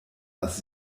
das